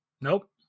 Nope